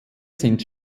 sind